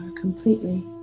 completely